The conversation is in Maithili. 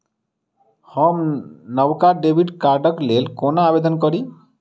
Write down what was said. हम नवका डेबिट कार्डक लेल कोना आवेदन करी?